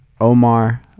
Omar